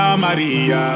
Maria